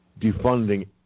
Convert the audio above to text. defunding